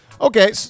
Okay